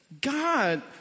God